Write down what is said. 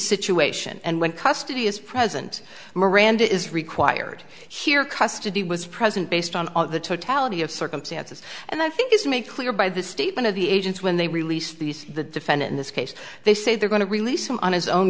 situation and when custody is present miranda is required here custody was present based on the totality of circumstances and i think it's made clear by the statement of the agents when they release these the defendant in this case they say they're going to release him on his own